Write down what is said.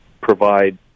provide